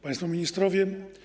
Państwo Ministrowie!